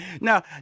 now